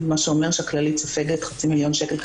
מה שאומר שהכללית סופגת חצי מיליון שקל סבסוד.